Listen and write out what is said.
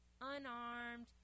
unarmed